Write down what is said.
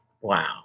wow